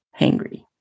hangry